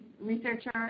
researcher